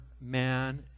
man